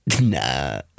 nah